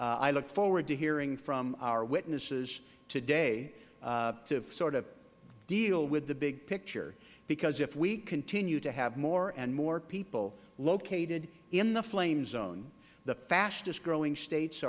i look forward to hearing from our witnesses today to sort of deal with the big picture because if we continue to have more and more people located in the flame zone the fastest growing states